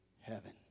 heaven